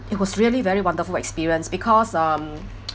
it was really very wonderful experience because um